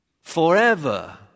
Forever